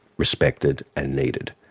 respected and needed.